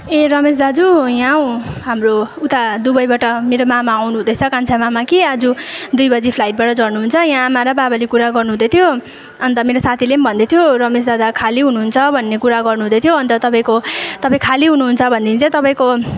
ए रमेश दाजु यहाँ हौ हाम्रो उता दुबईबाट मेरो मामा आउनुहुँदैछ कान्छा मामा कि आज दुई बजी फ्लाइटबाट झर्नुहुन्छ यहाँ आमा र बाबाले कुरा गर्नुहुँदैथियो अन्त मेरो साथीले पनि भन्दैथ्यो रमेश दादा खाली हुनुहुन्छ भन्ने कुरा गर्नु हुँदैथ्यो अन्त तपाईँको तपाईँ खाली हुनुहुन्छ भनेदेखि चाहिँ तपाईँको